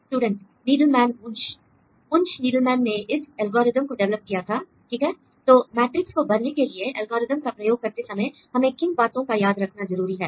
student Needleman Wunsch Wunsch Needleman ने इस algorithm को डिवेलप किया था ठीक है तो मैट्रिक्स को भरने के लिए एल्गोरिदम का प्रयोग करते समय हमें किन बातों का याद रखना जरूरी है